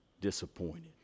disappointed